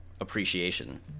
appreciation